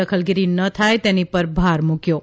દખલગીરી ન થાય તેની પર ભાર મૂક્યો છે